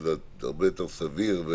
שזה הרבה יותר סביר.